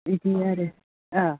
बिदिनो आरो ओह